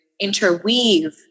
interweave